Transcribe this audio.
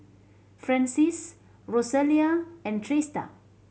Francies Rosalia and Trista